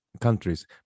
countries